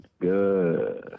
Good